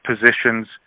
positions